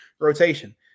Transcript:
rotation